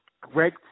Greg